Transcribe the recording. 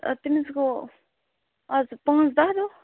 آ تٔمِس گوٚو اَز پانٛژھ دَہ دۄہ